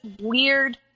weird